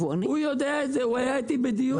הוא יודע את זה, הוא היה איתי בדיון.